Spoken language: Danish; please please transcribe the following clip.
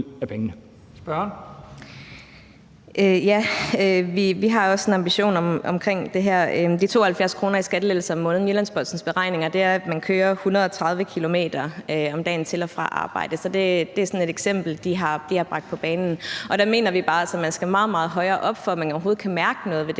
Vi har også en ambition om det her. De 72 kr. i skattelettelser om måneden i Jyllands-Postens beregninger er på baggrund af, at man kører 130 km om dagen til og fra arbejde. Så det er sådan et eksempel, de har bragt på banen. Og der mener vi bare, at man skal meget, meget højere op, for at man overhovedet kan mærke noget ved det